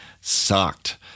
Sucked